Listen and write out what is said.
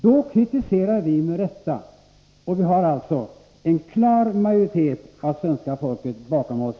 Då kritiserar vi med rätta, och vi har i det hänseendet en klar majoritet av svenska folket bakom OSS.